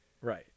Right